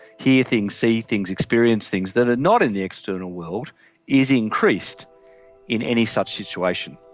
hear things, see things, experience things that are not in the external world is increased in any such situation.